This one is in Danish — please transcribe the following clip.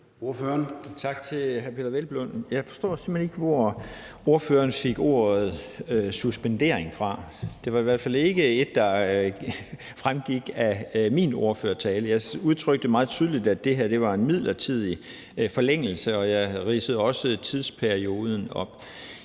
Jeg forstår simpelt hen ikke, hvor ordføreren fik ordet suspendering fra. Det var i hvert fald ikke et, der fremgik af min ordførertale. Jeg udtrykte meget tydeligt, at det her var en midlertidig forlængelse, og jeg ridsede også tidsperioden op.